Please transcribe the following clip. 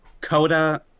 Coda